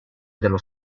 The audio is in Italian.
dello